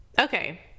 Okay